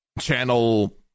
channel